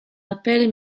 appell